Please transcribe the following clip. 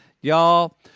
Y'all